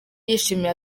yishimiye